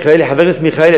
חבר הכנסת מיכאלי,